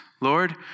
Lord